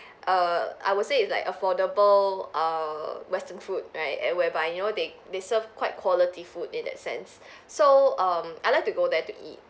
err I would say it's like affordable err western food right and whereby you know they they serve quite quality food in that sense so um I like to go there to eat